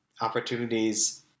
opportunities